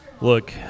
look